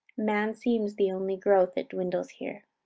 man seems the only growth that dwindles here.